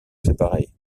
séparée